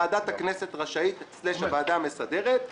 ועדת הכנסת / הוועדה המסדרת רשאית